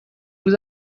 vous